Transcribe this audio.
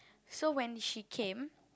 so when she came